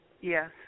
Yes